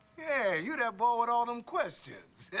yeah, you're that boy with all them questions. yeah,